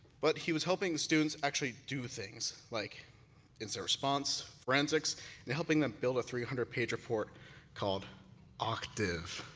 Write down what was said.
but he was helping the students actually do things like if it's a response forensics and helping them build a three hundred page report called octave